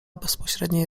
bezpośredniej